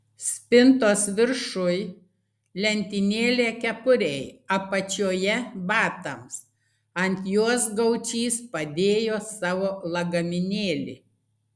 spintos viršuj lentynėlė kepurei apačioje batams ant jos gaučys padėjo savo lagaminėlį